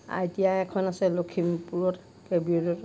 I T I এখন আছে লখিমপুৰত কে বি ৰোডত